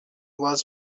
was